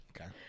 Okay